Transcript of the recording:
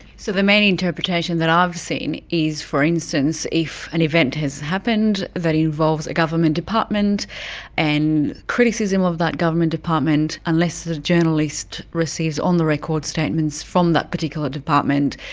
so the main interpretation that i've seen is, for instance, if an event has happened that involves a government department and criticism of that government department, unless the journalist receives on-the-record statements from that particular department,